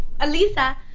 Alisa